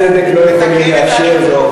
מאזני הצדק לא יכולים לאפשר זאת.